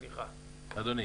אדוני,